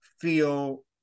feel